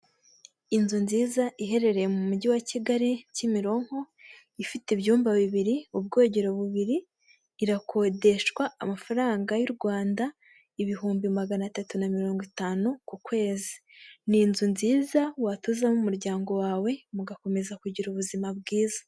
Inzu nziza iherereye mu mujyi wa Kigali, Kimironko, ifite ibyumba bibiri, ubwogero bubiri, irakodeshwa amafaranga y'Urwanda ibihumbi magana atatu na mirongo itanu ku kwezi, ni inzu nziza watuzamo umuryango wawe mugakomeza kugira ubuzima bwiza.